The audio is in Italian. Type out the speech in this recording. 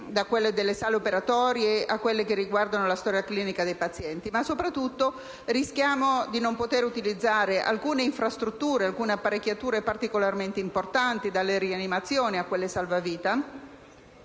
da quelli delle sale operatorie a quelli riguardanti la storia clinica dei pazienti. Soprattutto, rischiamo di non potere utilizzare alcune infrastrutture e alcune apparecchiature particolarmente importanti: dalle rianimazioni a quelle salvavita.